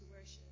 worship